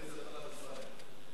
חבר הכנסת טלב אלסאנע,